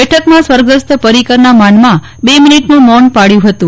બેઠકમાં સ્વર્ગસ્થ પરિકરના માનમાં બે મિનિટનું મૌન પાળ્યું હતું